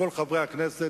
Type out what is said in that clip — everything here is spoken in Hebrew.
כל חברי הכנסת.